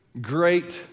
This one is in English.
great